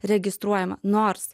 registruojama nors